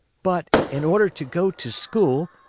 but, in order to go to school,